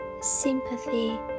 sympathy